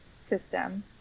system